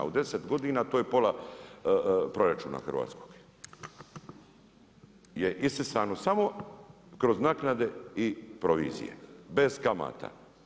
U 10 godina to je pola proračuna Hrvatskoj je isisano samo kroz naknade i provizije bez kamata.